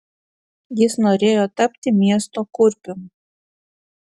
jis norėjo tapti miesto kurpium